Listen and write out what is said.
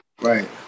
Right